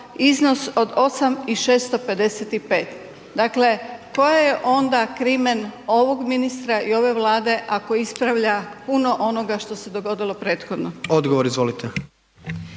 iznos od 8.655. Dakle, koja je onda krimen ovog ministra i ove Vlade ako ispravlja puno onoga što se dogodilo prethodno? **Jandroković,